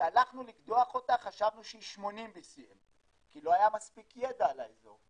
כשהלכנו לקדוח אותה חשבנו שהיא 80 BCM כי לא היה מספיק ידע על האזור,